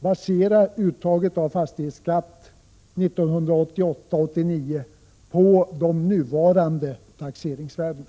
Basera uttaget av fastighetsskatten 1988/89 på de nuvarande taxeringsvärdena!